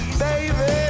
baby